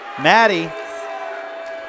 Maddie